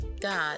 god